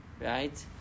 right